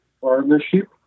partnership